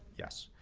yes,